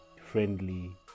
friendly